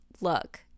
look